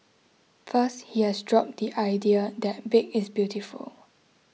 first he has dropped the idea that big is beautiful